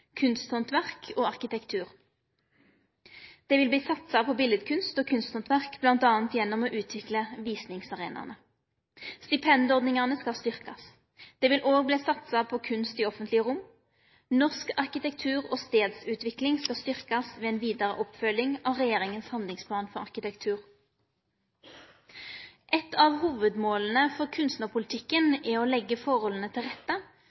og arkitektur. Det vil verte satsa på biletkunst og kunsthandverk bl.a. gjennom å utvikle visingsarenaene. Stipendordningane skal styrkast. Det vil òg verte satsa på kunst i offentlege rom. Norsk arkitektur og stadutvikling skal styrkast med ei vidare oppfølging av regjeringas handlingsplan for arkitektur. Eit av hovudmåla for kunstpolitikken er å leggje forholda til rette